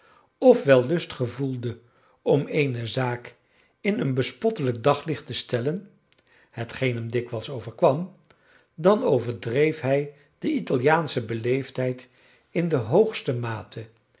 of wel lust gevoelde om eene zaak in een bespottelijk daglicht te stellen hetgeen hem dikwijls overkwam dan overdreef hij de italiaansche beleefdheid in de hoogste mate